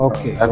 Okay